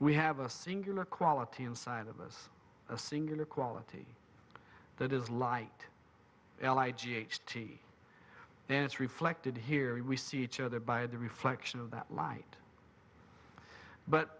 we have a singular quality inside of us a singular quality that is light elijah h t and it's reflected here we see each other by the reflection of that light but